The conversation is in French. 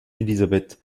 elisabeth